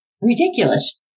Ridiculous